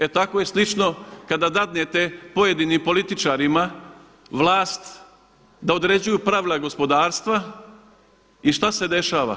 E tako je slično kada dadnete pojedinim političarima vlast da određuju pravila gospodarstva i šta se dešava?